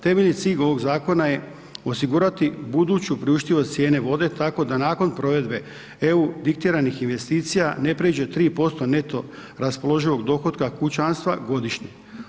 Temeljni cilj ovog zakona je osigurati buduću priuštivost cijene vode tako da nakon provedbe EU diktiranih investicija ne prijeđe 3% neto raspoloživog dohotka kućanstva godišnje.